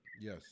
Yes